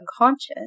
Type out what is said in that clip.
unconscious